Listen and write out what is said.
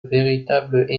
véritables